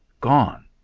Gone